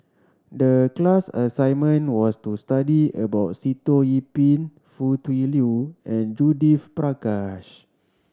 the class assignment was to study about Sitoh Yih Pin Foo Tui Liew and Judith Prakash